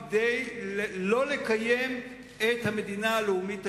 כדי לא לקיים את המדינה הלאומית היהודית.